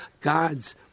God's